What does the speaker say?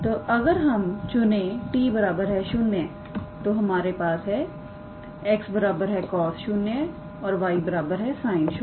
तो अगर हम चुने 𝑡 0 हमारे पास है 𝑥 cos 0 और 𝑦 sin 0